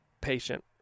patient